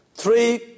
three